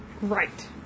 right